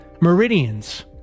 meridians